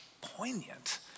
poignant